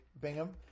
Bingham